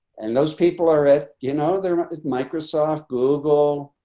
and those people are at, you know, their microsoft, google,